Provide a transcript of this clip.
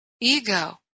ego